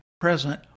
present